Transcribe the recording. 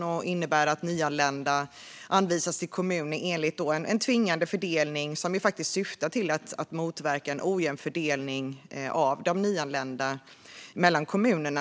Den innebär att nyanlända anvisas till kommuner enligt en tvingande fördelning, vilket syftar till att motverka en ojämn fördelning av nyanlända mellan kommunerna.